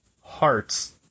hearts